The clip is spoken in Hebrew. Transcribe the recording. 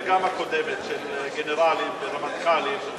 בכנסת הנוכחית,